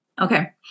Okay